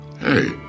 Hey